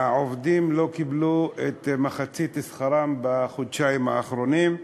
העובדים לא קיבלו את מחצית שכרם בחודשיים האחרונים,